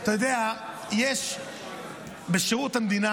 אתה יודע, בשירות המדינה